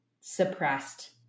suppressed